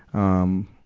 um,